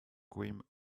grime